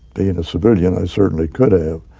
being a civilian, i certainly could have,